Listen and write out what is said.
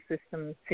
system